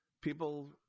people